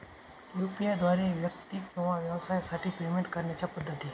UPI द्वारे व्यक्ती किंवा व्यवसायांसाठी पेमेंट करण्याच्या पद्धती